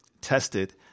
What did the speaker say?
tested